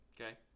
okay